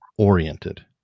oriented